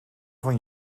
van